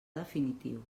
definitiu